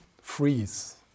freeze